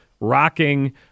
rocking